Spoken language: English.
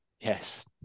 Yes